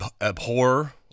Abhor